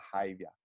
behavior